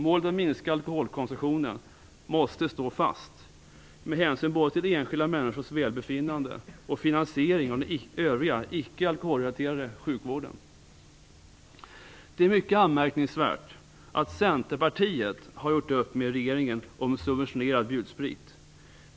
Målet att minska alkoholkonsumtionen måste stå fast, med hänsyn både till enskilda människors välbefinnande och finansiering av den övriga, icke alkoholrelaterade sjukvården. Det är mycket anmärkningsvärt att Centerpartiet har gjort upp med regeringen om subventionerad bjudsprit.